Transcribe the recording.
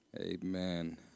Amen